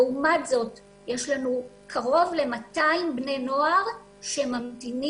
לעומת זאת, יש לנו קרוב ל-200 בני נוער שממתינים